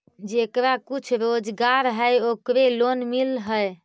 जेकरा कुछ रोजगार है ओकरे लोन मिल है?